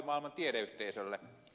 mutta asiaan